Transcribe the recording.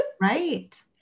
right